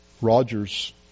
Rogers